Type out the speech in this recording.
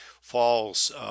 falls